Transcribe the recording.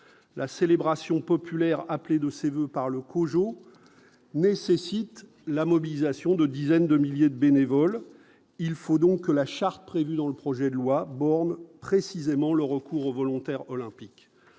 la célébration populaire appelé de ses voeux par le Cujo nécessite la mobilisation de dizaines de milliers de bénévoles, il faut donc la charte prévu dans le projet de loi aborde précisément le recours aux volontaires olympiques